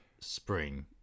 spring